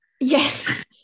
Yes